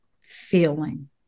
feeling